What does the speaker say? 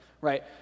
right